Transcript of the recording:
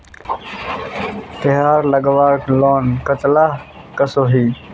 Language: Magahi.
तेहार लगवार लोन कतला कसोही?